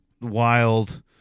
wild